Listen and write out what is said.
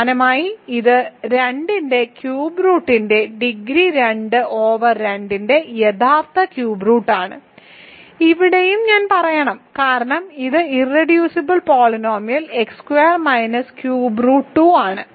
സമാനമായി ഇത് 2 ന്റെ ക്യൂബ് റൂട്ടിന്റെ ഡിഗ്രി 2 ഓവർ ആർ 2 ന്റെ യഥാർത്ഥ ക്യൂബ് റൂട്ട് ആണ് ഇവിടെയും ഞാൻ പറയണം കാരണം ഇത് irreducible polynomial x minus cube root 2 ആണ്